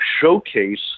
showcase